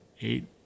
eight